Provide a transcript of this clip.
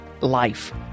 Life